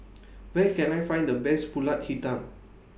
Where Can I Find The Best Pulut Hitam